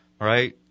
right